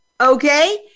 Okay